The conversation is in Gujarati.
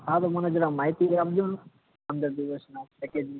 હા તો મને જરા માહિતી આપજો ને પંદર દિવસનાં પૅકેજની